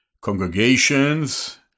congregations